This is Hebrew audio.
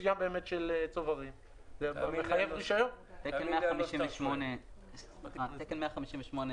אם אני מבין נכון את הסעיף,